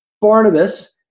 Barnabas